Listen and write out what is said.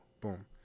Boom